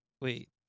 wait